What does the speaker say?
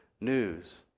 news